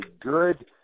good